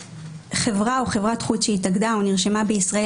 "(ב)(1)חברה או חברת חוץ שהתאגדה או נרשמה בישראל,